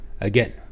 again